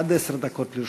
עד עשר דקות לרשותך.